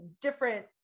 different